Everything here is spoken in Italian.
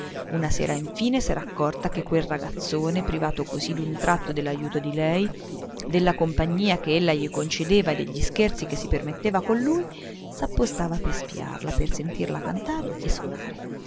una sera in fine s'era accorta che quel ragazzone privato così d'un tratto dell'ajuto di lei della compagnia ch'ella gli concedeva e degli scherzi che si permetteva con lui s'appostava per spiarla per sentirla cantare o sonare